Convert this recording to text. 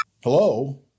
Hello